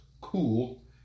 cool